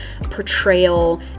portrayal